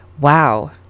Wow